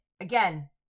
again